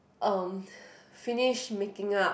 um finish making up